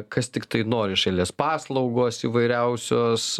kas tiktai nori iš eilės paslaugos įvairiausios